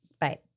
Bye